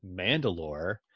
Mandalore